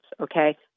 okay